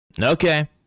okay